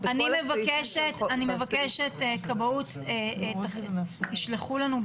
אני מבקשת שתשלחו לנו,